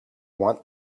want